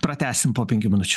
pratęsim po penkių minučių